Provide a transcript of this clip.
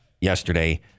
yesterday